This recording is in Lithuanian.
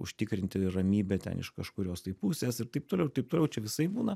užtikrinti ramybę ten iš kažkurios tai pusės ir taip toliau ir taip toliau čia visaip būna